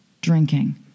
drinking